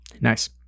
Nice